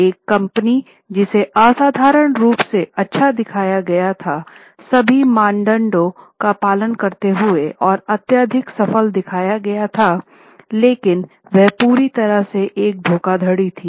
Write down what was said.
एक कंपनी जिसे असाधारण रूप से अच्छा दिखाया गया था सभी मानदंडों का पालन करते हुए और अत्यधिक सफल दिखाया गया था लेकिनवह पूरी तरह से एक धोखाधड़ी थी